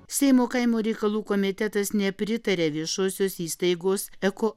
seimo kaimo reikalų komitetas nepritarė viešosios įstaigos eko